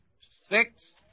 six